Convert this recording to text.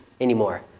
anymore